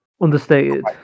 understated